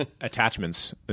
attachments